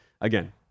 again